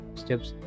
steps